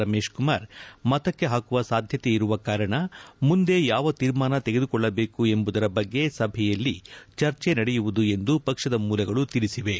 ರಮೇಶ್ಕುಮಾರ್ ಮತಕ್ಕೆ ಹಾಕುವ ಸಾಧ್ಣತೆಯಿರುವ ಕಾರಣ ಮುಂದೆ ಯಾವ ತೀರ್ಮಾನ ತೆಗೆದುಕೊಳ್ಳಬೇಕು ಎಂಬುದರ ಬಗ್ಗೆ ಸಭೆಯಲ್ಲಿ ಚರ್ಚೆ ನಡೆಯುವುದು ಎಂದು ಪಕ್ಷದ ಮೂಲಗಳು ತಿಳಿಸಿವೆ